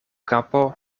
kapo